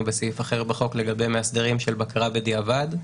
בסעיף אחר לחוק לגבי מאסדרים של בקרה בדיעבד,